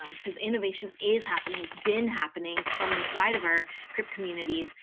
um cause innovation is happening, it's been happening from inside of our crip communities.